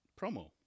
promo